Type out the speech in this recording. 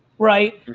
right?